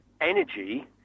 energy